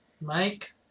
Mike